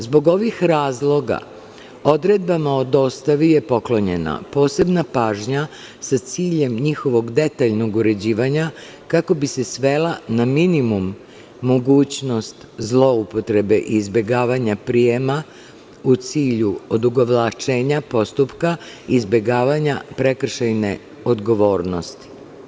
Zbog ovih razloga odredbama o dostavi je poklonjena posebna pažnja sa ciljem njihovog detaljnog uređivanja, kako bi se svela na minimum mogućnost zloupotrebe i izbegavanja prijema, u cilju odugovlačenja postupka i izbegavanja prekršajne odgovornosti.